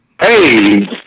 Hey